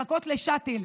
לחכות לשאטל,